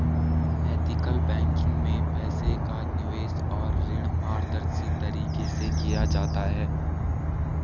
ethical banking में पैसे का निवेश और ऋण पारदर्शी तरीके से किया जाता है